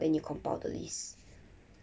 then you compile the list